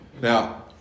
Now